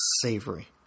savory